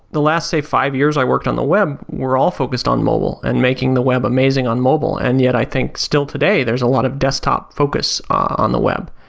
the last, say five years, i worked on the web where we all focused on mobile and making the web amazing on mobile and yet i think, still today, there's a lot of desktop focus on the web.